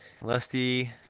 Lusty